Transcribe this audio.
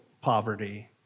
poverty